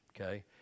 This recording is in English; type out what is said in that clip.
Okay